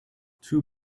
two